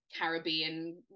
Caribbean